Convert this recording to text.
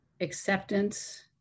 acceptance